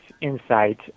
insight